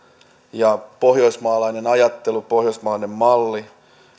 ja pohjoismaalainen ajattelu pohjoismainen malli